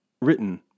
written